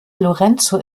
lorenzo